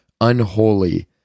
unholy